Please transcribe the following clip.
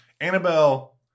Annabelle